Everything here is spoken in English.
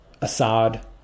Assad